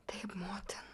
taip motin